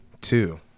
two